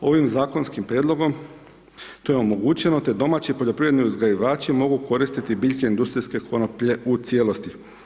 Ovim zakonskim prijedlogom, to je omogućeno, te domaći poljoprivredni uzgajivači mogu koristiti biljke industrijske konoplje u cijelosti.